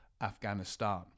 Afghanistan